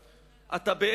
אתה,